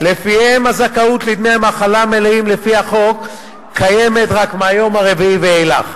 שלפיהן הזכאות לדמי מחלה מלאים לפי החוק קיימת רק מהיום הרביעי ואילך.